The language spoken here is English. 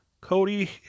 cody